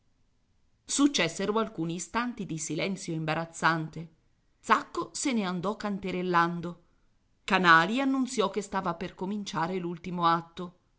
successero alcuni istanti di silenzio imbarazzante zacco se ne andò canterellando canali annunziò che stava per cominciare l'ultimo atto